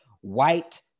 white